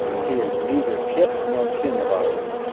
he is neither kith nor kin of ours,